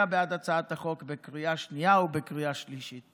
בעד הצעת החוק בקריאה שנייה ובקריאה שלישית.